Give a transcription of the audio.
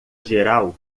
geral